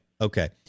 okay